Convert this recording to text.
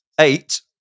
Eight